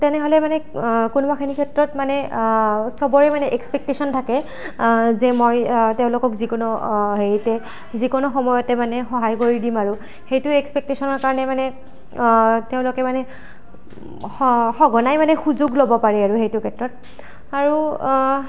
তেনেহ'লে মানে কোনোবাখিনি ক্ষেত্ৰত মানে সবৰে মানে এক্সপেকটেশ্বন থাকে যে মই তেওঁলোকক যিকোনো হেৰিতে যিকোনো সময়তে মানে সহায় কৰি দিম আৰু সেইটো এক্সপেকটেশ্বনৰ কাৰণে মানে তেওঁলোকে মানে স সঘনাই মানে সুযোগ ল'ব পাৰে আৰু সেইটো ক্ষেত্ৰত আৰু